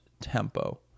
tempo